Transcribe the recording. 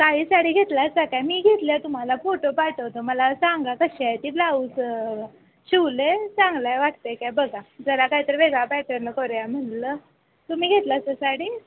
काळी साडी घेतल्यात काय मी घेतल्या तुम्हाला फोटो पाठवते मला सांगा कशा आहे ते ब्लाऊज शिवलं आहे चांगलं आहे वाटते आहे काय बघा जरा काहीतरी वेगळा पॅटर्न करूया म्हणलं तुम्ही घेतलासा साडी